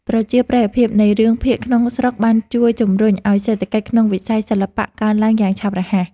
ប្រជាប្រិយភាពនៃរឿងភាគក្នុងស្រុកបានជួយជំរុញឱ្យសេដ្ឋកិច្ចក្នុងវិស័យសិល្បៈកើនឡើងយ៉ាងឆាប់រហ័ស។